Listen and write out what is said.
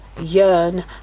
yearn